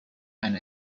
and